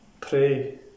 pray